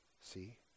see